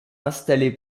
installé